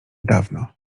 dawno